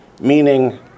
meaning